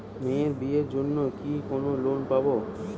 মেয়ের বিয়ের জন্য কি কোন লোন পাব?